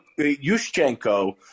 Yushchenko